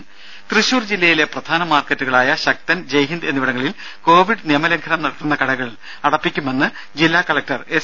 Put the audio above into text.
രും ത്യശൂർ ജില്ലയിലെ പ്രധാന മാർക്കറ്റുകളായ ശക്തൻ ജയ്ഹിന്ദ് എന്നിവിടങ്ങളിൽ കോവിഡ് നിയമലംഘനം നടത്തുന്ന കടകൾ അടപ്പിക്കുമെന്ന് ജില്ലാ കലക്ടർ എസ്